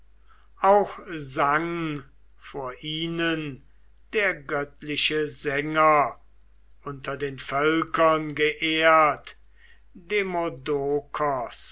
auch sang vor ihnen der göttliche sänger unter den völkern geehrt